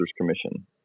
Commission